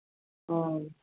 ਹਾਂ ਜੀ